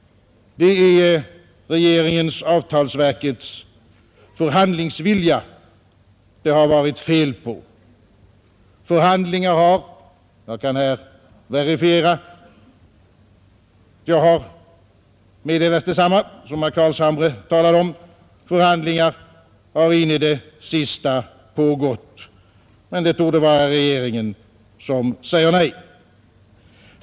Det är regeringens och avtalsverkets förhandlingsvilja det har varit fel på. Jag kan verifiera att jag har meddelats detsamma som herr Carlshamre talade om, nämligen att förhandlingar har pågått in i det sista. Men det torde vara regeringen som säger nej.